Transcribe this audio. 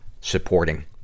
supporting